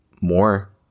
More